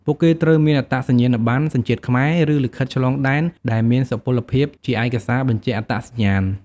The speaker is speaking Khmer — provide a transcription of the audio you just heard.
ពួកគេត្រូវមានអត្តសញ្ញាណបណ្ណសញ្ជាតិខ្មែរ ឬលិខិតឆ្លងដែនដែលមានសុពលភាពជាឯកសារបញ្ជាក់អត្តសញ្ញាណ។